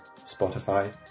Spotify